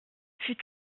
fut